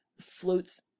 floats